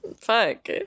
fuck